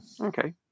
okay